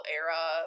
era